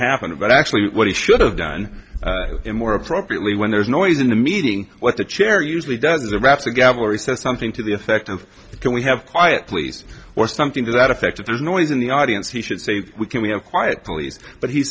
happened but actually what he should have done more appropriately when there's noise in the meeting what the chair usually does the raps the gavel he says something to the effect of can we have quiet please or something to that effect if there's noise in the audience he should say can we have quiet please but he